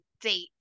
Date